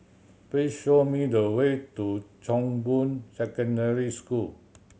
please show me the way to Chong Boon Secondary School